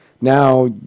Now